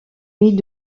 mis